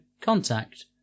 contact